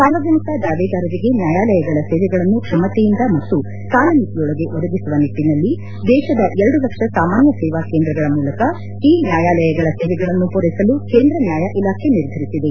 ಸಾರ್ವಜನಿಕ ದಾವೇದಾರರಿಗೆ ನ್ಯಾಯಾಲಯಗಳ ಸೇವೆಗಳನ್ನು ಕ್ಷಮತೆಯಿಂದ ಮತ್ತು ಕಾಲಮಿತಿಯೊಳಗೆ ಒದಗಿಸುವ ನಿಟ್ಟಿನಲ್ಲಿ ದೇಶದ ಎರಡು ಲಕ್ಷ ಸಾಮಾನ್ಯ ಸೇವಾ ಕೇಂದ್ರಗಳ ಮೂಲಕ ಇ ನ್ಯಾಯಾಲಯಗಳ ಸೇವೆಗಳನ್ನು ಪೂರೈಸಲು ಕೇಂದ್ರ ನ್ಯಾಯ ಇಲಾಖೆ ನಿರ್ಧರಿಸಿದೆ